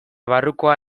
barrukoa